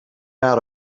out